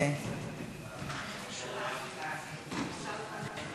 ההצעה להעביר את הנושא לוועדת הכלכלה נתקבלה.